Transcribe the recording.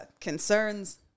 concerns